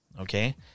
okay